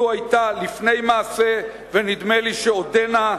זו היתה לפני מעשה, ונדמה לי שעודנה,